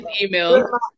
email